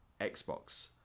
xbox